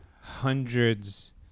hundreds